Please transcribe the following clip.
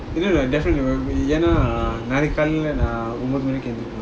ரெண்டுமணி:rendumani